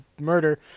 murder